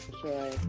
sure